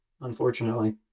Unfortunately